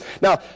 Now